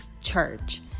church